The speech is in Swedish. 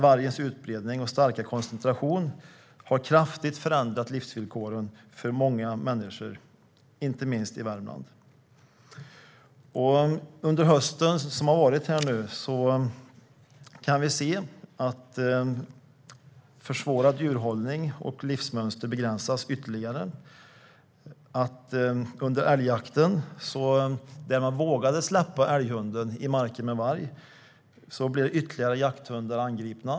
Vargens utbredning och starka koncentration har kraftigt förändrat livsvillkoren för många människor, inte minst i Värmland. Under hösten har vi kunnat se att en försvårad djurhållning gör att livsmönster begränsas ytterligare. Om man vågade släppa älghunden under älgjakten i marker med varg kunde man se dem bli angripna.